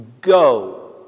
go